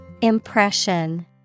Impression